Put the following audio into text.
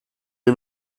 die